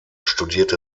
studierte